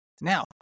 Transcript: Now